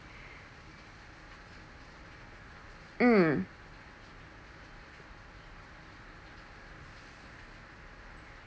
mm